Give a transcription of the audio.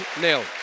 nil